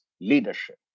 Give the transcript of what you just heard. Leadership